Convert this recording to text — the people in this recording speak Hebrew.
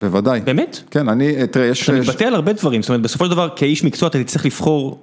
בוודאי. באמת? כן, אני... תראה, יש... אתה מתבטא על הרבה דברים, זאת אומרת, בסופו של דבר, כאיש מקצוע אתה צריך לבחור...